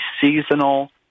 seasonal